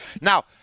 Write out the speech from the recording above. Now